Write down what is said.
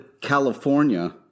California